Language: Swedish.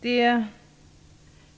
Det är